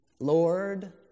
Lord